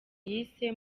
yise